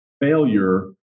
failure